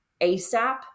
ASAP